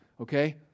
okay